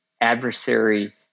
adversary